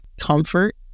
comfort